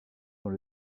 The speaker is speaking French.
dans